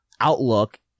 outlook